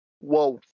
whoa